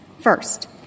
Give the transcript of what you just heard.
First